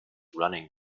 running